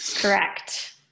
Correct